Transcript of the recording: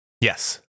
Yes